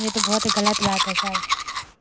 یہ تو بہت ہی غلط بات ہے سر